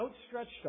outstretched